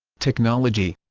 technology